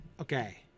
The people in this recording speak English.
okay